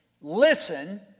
Listen